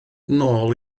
nôl